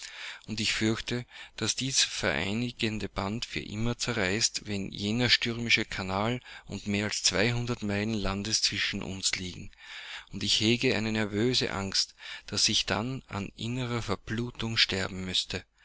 und ich fürchte daß dies vereinigende band für immer zerreißt wenn jener stürmische kanal und mehr als zweihundert meilen landes zwischen uns liegen und ich hege eine nervöse angst daß ich dann an innerer verblutung sterben müßte